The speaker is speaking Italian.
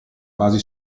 basi